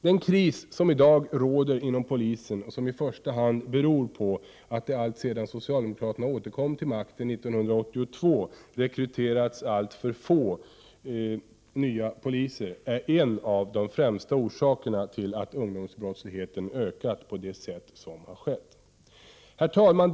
Den kris som i dag råder inom polisen, och som i första hand beror på att det alltsedan socialdemokraterna återkom till makten 1982 rekryterats alltför få nya poliser, är en av de främsta orsakerna till att ungdomsbrottsligheten har ökat på det sätt som skett. Herr talman!